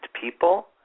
people